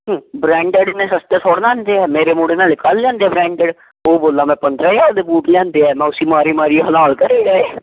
branded ਇੰਨੇ ਸਸਤੇ ਥੋੜ੍ਹੇ ਨਾ ਆਉਂਦੇ ਹੈ ਮੇਰੇ ਮੁੰਡੇ ਨੇ ਹਜੇ ਕੱਲ੍ਹ ਲਿਆਂਦੇ ਆ ਬ੍ਰੈਂਡਿਡ ਉਹ ਬੋਲਦਾ ਮੈਂ ਪੰਦਰਾਂ ਹਜ਼ਾਰ ਦੇ ਬੂਟ ਲਿਆਂਦੇ ਆ ਮੈਂ ਉਸ ਮਾਰੀ ਮਾਰੀ ਹਲਾਲ ਕਰੇਗਾ